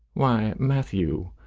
why, matthew,